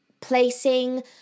placing